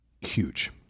huge